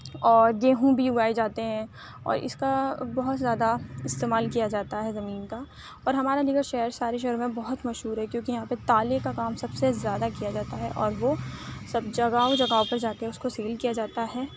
اور گیہوں بھی اُگائے جاتے ہیں اور اِس کا بہت زیادہ استعمال کیا جاتا ہے زمین کا اور ہمارا علی گڑھ شہر سارے شہروں میں بہت مشہور ہے کیوں کہ یہاں پہ تالے کا کام سب سے زیادہ کیا جاتا ہے اور وہ سب جگہوں جگہوں پر جا کر اُس کو سیل کیا جاتا ہے